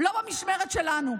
לא במשמרת שלנו.